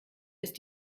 ist